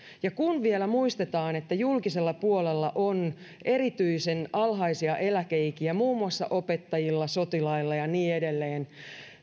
kun vielä muistetaan että julkisella puolella on erityisen alhaisia eläkeikiä muun muassa opettajilla sotilailla ja niin edelleen niin